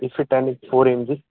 इफिट अन फोर एम जी